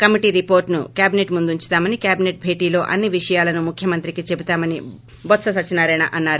committee రిపోర్ట్ను cabinet ముందు ఉంచుతామని కేబినెట్ భేటీలో అన్ని విషయాలను ముఖ్యమంత్రికి చెబుతామని బొత్స సత్యనారాయణ అన్నారు